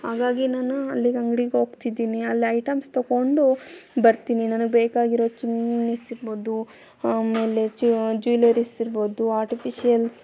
ಹಾಗಾಗಿ ನಾನು ಅಲ್ಲಿಗೆ ಅಂಗ್ಡಿಗೆ ಹೋಗ್ತಿದ್ದೀನಿ ಅಲ್ಲಿ ಐಟೆಮ್ಸ್ ತಗೊಂಡು ಬರ್ತೀನಿ ನನಗೆ ಬೇಕಾಗಿರೋ ಚುಮ್ಣಿಸ್ ಇರ್ಬೋದು ಆಮೇಲೆ ಜ್ಯೂವೆಲ್ಲರಿಸ್ ಇರ್ಬೋದು ಆರ್ಟಿಫಿಷಿಯಲ್ಸ್